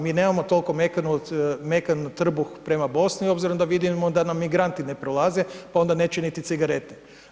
Mi nemamo toliko mekani trbuh prema Bosni obzirom da vidimo da nam ni migranti ne prolaze pa onda neće niti cigarete.